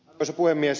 arvoisa puhemies